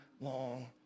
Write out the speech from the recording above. long